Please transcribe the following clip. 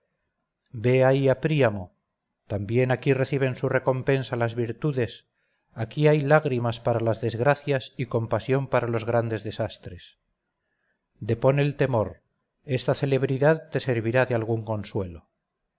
ve ahí a príamo también aquí reciben su recompensa las virtudes aquí hay lágrimas para las desgracias y compasión para los grandes desastres depón el temor esta celebridad te servirá de algún consuelo